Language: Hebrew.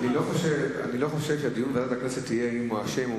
אני לא חושב שהדיון בוועדת הכנסת יהיה על אם הוא אשם.